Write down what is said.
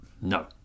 No